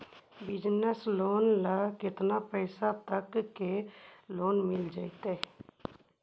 Business loan ल केतना पैसा तक के लोन मिल जितै?